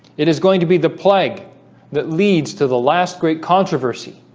it is going to be the plague that leads to the last great controversy